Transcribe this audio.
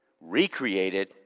recreated